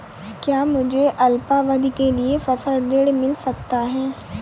क्या मुझे अल्पावधि के लिए फसल ऋण मिल सकता है?